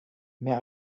mehr